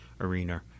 arena